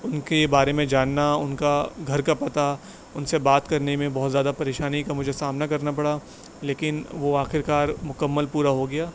ان کے بارے میں جاننا ان کا گھر کا پتہ ان سے بات کرنے میں بہت زیادہ پریشانی کا مجھے سامنا کرنا پڑا لیکن وہ آخرکار مکمل پورا ہو گیا